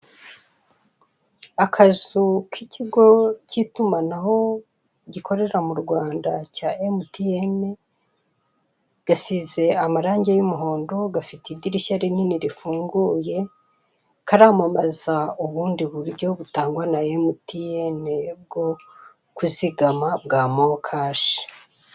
Akazu k' ikigo cy' itumanaho gikorera mu Rwanda cya MTN gasize amarange y' umuhondo gafite idirishya rinini rifunguye, karamamaza ubundi buryo butangwa na MTN bwo kuzigama bwa Mokashi.